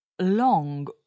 long